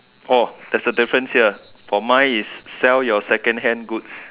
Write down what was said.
oh there's a difference here for mine is sell your secondhand goods